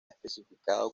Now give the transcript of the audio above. especificado